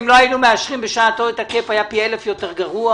אם לא היינו מאשרים בשעתו את ה-cap היה פי אלף יותר גרוע.